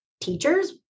teachers